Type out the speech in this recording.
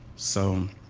so,